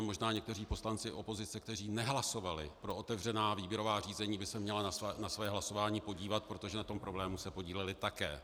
Jenom možná někteří poslanci opozice, kteří nehlasovali pro otevřená výběrová řízení, by se měli na svá hlasování podívat, protože na tom problému se podíleli také.